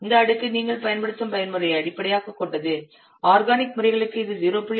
இந்த அடுக்கு நீங்கள் பயன்படுத்தும் பயன்முறையை அடிப்படையாகக் கொண்டது ஆர்கானிக் முறைகளுக்கு இது 0